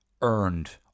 earned